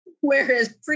Whereas